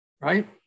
right